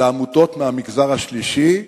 לעמותות מהמגזר השלישי,